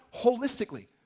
holistically